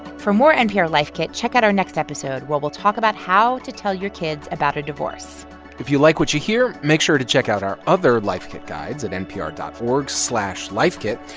for more npr life kit, check out our next episode, where we'll talk about how to tell your kids about a divorce if you like what you hear, make sure to check out our other life kit guides at npr dot org slash lifekit.